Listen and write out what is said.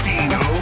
Dino